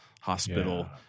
hospital